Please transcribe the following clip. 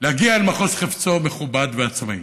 להגיע למחוז חפצו מכובד ועצמאי,